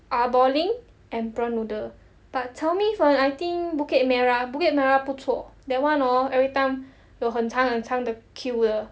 Ah Balling and prawn noodle but 炒米粉 I think bukit merah bukit merah 不错 that [one] hor every time 有很长很长的 queue 的